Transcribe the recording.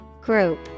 Group